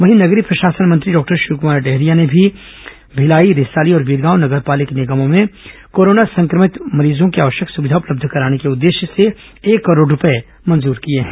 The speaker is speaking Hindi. वहीं नगरीय प्रशासन मंत्री डॉक्टर शिवकुमार डहरिया ने भी भिलाई रिसाली और बीरगांव नगर पालिक निगमों में कोरोना संक्रमण मरीजों को आवश्यक सुविधा उपलब्ध कराने के उद्देश्य से एक करोड़ रुपये मंजूर किए हैं